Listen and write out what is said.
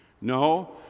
No